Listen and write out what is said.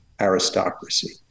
aristocracy